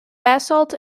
basalt